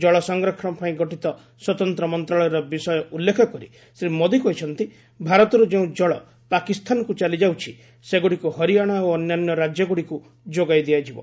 ଜଳ ସଂରକ୍ଷଣ ପାଇଁ ଗଠିତ ସ୍ୱତନ୍ତ୍ର ମନ୍ତ୍ରଣାଳୟର ବିଷୟ ଉଲ୍ଲେଖ କରି ଶ୍ରୀ ମୋଦୀ କହିଛନ୍ତି ଭାରତର୍ ଯେଉଁ ଜଳ ପାକିସ୍ତାନକୁ ଚାଲି ଯାଉଛି ସେଗୁଡ଼ିକୁ ହରିଆଣା ଓ ଅନ୍ୟାନ୍ୟ ରାଜ୍ୟଗୁଡ଼ିକୁ ଯୋଗାଇ ଦିଆଯିବ